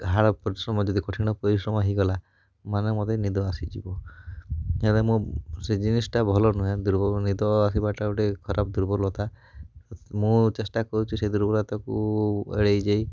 ହାଡ଼ ପରିଶ୍ରମ ଯଦି କଠିନ ପରିଶ୍ରମ ହେଇଗଲା ମାନେ ମୋତେ ନିଦ ଆସିଯିବ ହେଲେ ମୁଁ ସେ ଜିନିଷଟା ଭଲ ନୁହଁ ଦୁର୍ବଲ ନିଦ ଆସିବାଟା ଗୋଟେ ଖରାବ ଦୁର୍ବଲତା ମୁଁ ଚେଷ୍ଟା କରୁଛି ସେ ଦୁର୍ବଳତା କୁ ଏଡ଼େଇ ଯାଇ